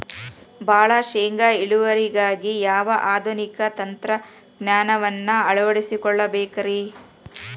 ಭಾಳ ಶೇಂಗಾ ಇಳುವರಿಗಾಗಿ ಯಾವ ಆಧುನಿಕ ತಂತ್ರಜ್ಞಾನವನ್ನ ಅಳವಡಿಸಿಕೊಳ್ಳಬೇಕರೇ?